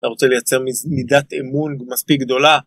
אתה רוצה לייצר מידת אמון מספיק גדולה?